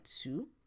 two